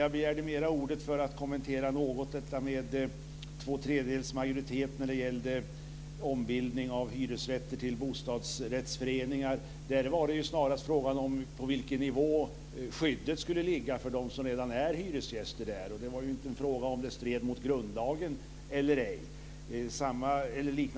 Jag begärde ordet mera för att kommentera frågan om två tredjedels majoritet när det gällde ombildning av hyresrätter till bostadsrättsföreningar. Där var det snarast fråga om på vilken nivå skyddet skulle ligga för dem som redan är hyresgäster. Det var inte en fråga om det stred mot grundlagen eller ej.